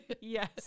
yes